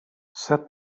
set